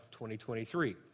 2023